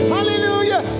Hallelujah